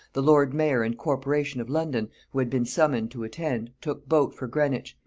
the lord-mayor and corporation of london, who had been summoned to attend, took boat for greenwich,